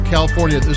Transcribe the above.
California